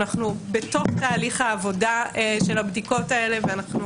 אנחנו בתוך תהליך העבודה של הבדיקות האלה ואנחנו